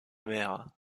mère